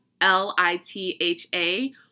L-I-T-H-A